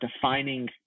defining